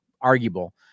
Arguable